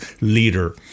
leader